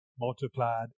multiplied